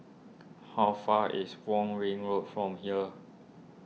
how far is Wong Ring Road from here